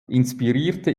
inspirierte